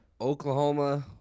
Oklahoma